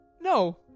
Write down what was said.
No